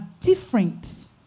different